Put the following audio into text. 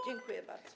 Dziękuję bardzo.